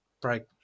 break